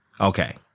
Okay